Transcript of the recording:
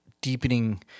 deepening